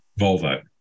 Volvo